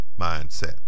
mindset